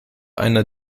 einer